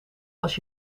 als